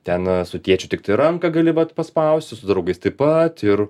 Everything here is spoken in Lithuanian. ten su tėčiu tiktai ranka gali vat paspausti su draugais taip pat ir